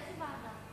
לאיזו ועדה?